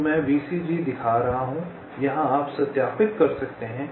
तो मैं VCG दिखा रहा हूँ यहाँ आप सत्यापित कर सकते हैं